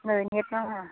नै नेट नाङा